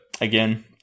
again